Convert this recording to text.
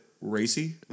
racy